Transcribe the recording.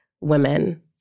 women